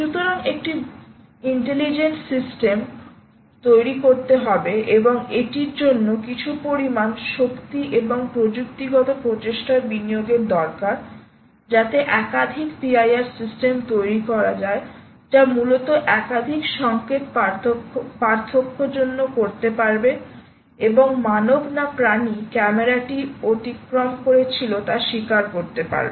সুতরাং একটি বুদ্ধিমান সিস্টেম তৈরি করতে হবে এবং এটির জন্য কিছু পরিমাণ শক্তি এবং প্রযুক্তিগত প্রচেষ্টা বিনিয়োগের দরকার যাতে একাধিক PIR সিস্টেম তৈরি করা যায় যা মূলত একাধিক সংকেত পার্থক্যজন্য করতে পারবে এবং মানব না প্রাণী ক্যামেরাটি অতিক্রম করেছিল তা স্বীকার করতে পারবে